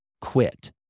quit